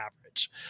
average